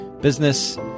business